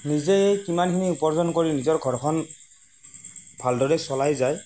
নিজে কিমানখিনি উপাৰ্জন কৰি নিজৰ ঘৰখন ভালদৰে চলাই যায়